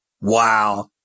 Wow